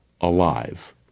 alive